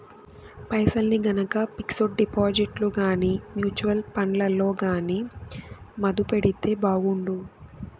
పైసల్ని గనక పిక్సుడు డిపాజిట్లల్ల గానీ, మూచువల్లు ఫండ్లల్ల గానీ మదుపెడితే బాగుండు